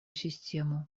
систему